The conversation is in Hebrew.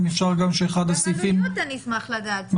אם אפשר גם שאחד הסעיפים --- גם עלויות אני אשמח לדעת.